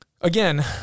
again